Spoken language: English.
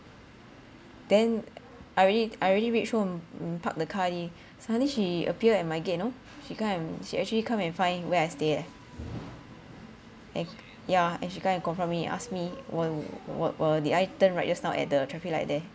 then I already I already reach home park the car already suddenly she appear at my gate you know she come and she actually come and find where I stay eh and yeah and she come and confront me ask me why wh~ wh~ did I turn right just now at the traffic light there